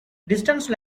distance